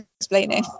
explaining